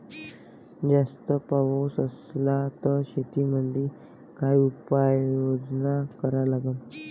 जास्त पाऊस असला त शेतीमंदी काय उपाययोजना करा लागन?